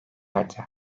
erdi